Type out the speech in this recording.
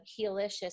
Healicious